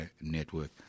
Network